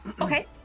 Okay